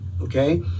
okay